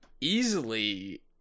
easily